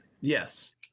Yes